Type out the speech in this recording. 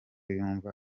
yumva